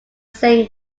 same